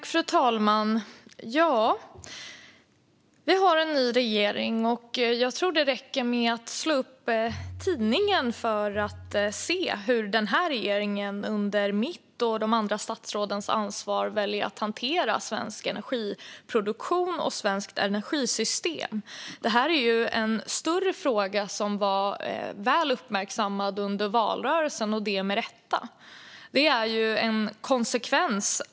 Fru talman! Vi har en ny regering. Jag tror att det räcker med att slå upp tidningen för att se hur regeringen under mitt och de andra statsrådens ansvar väljer att hantera den svenska energiproduktionen och det svenska energisystemet. Det är en större fråga, som var väl uppmärksammad under valrörelsen och det med rätta.